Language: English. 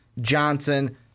Johnson